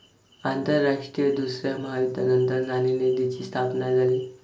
आंतरराष्ट्रीय दुसऱ्या महायुद्धानंतर नाणेनिधीची स्थापना झाली